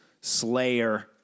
Slayer